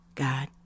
God